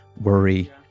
worry